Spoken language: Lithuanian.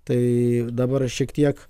tai dabar šiek tiek